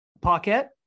pocket